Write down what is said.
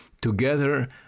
Together